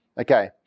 Okay